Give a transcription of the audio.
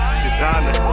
designer